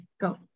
go